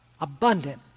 abundant